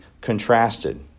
contrasted